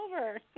over